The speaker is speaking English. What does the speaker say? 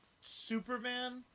superman